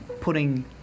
Putting